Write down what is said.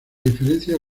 diferencia